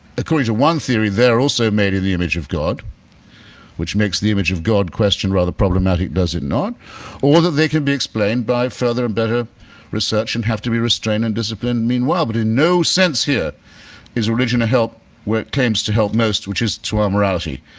according to one theory, they are also made in the image of god which makes the image of god question rather problematic, does it not or that they can be explained by a further and better research and have to be restrained and disciplined meanwhile, but in no sense here is religion a help where it came to help most which is to our morality,